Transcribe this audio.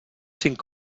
cinc